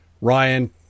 Ryan